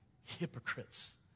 hypocrites